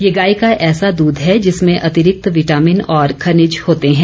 यह गाय का ऐसा दूध है जिसमें अतिरिक्त विटामिन और खनिज होते है